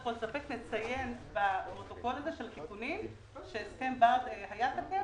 נציין בפרוטוקול הזה של התיקונים שההסכם היה תקף